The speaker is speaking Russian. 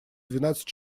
двенадцать